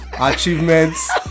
achievements